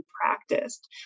practiced